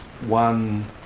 one